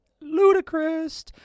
ludicrous